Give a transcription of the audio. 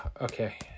Okay